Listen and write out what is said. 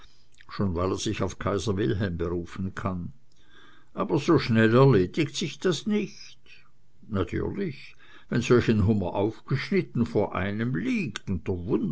schon weil er sich auf kaiser wilhelm berufen kann aber so schnell erledigt sich das nicht natürlich wenn solch ein hummer aufgeschnitten vor einem liegt